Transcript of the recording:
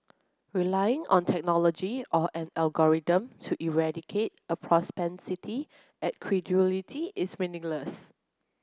relying on technology or an algorithm to eradicate a propensity at credulity is meaningless